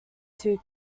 two